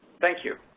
thank you.